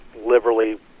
liberally